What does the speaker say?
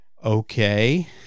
okay